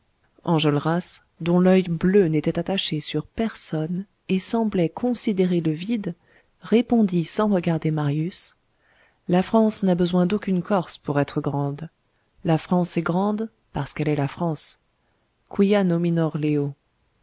enjolras dont l'oeil bleu n'était attaché sur personne et semblait considérer le vide répondit sans regarder marius la france n'a besoin d'aucune corse pour être grande la france est grande parce qu'elle est la france quia nominor leo